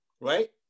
right